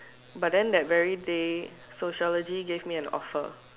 but then that very day sociology give me an offer